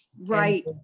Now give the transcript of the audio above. right